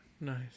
nice